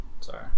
Sorry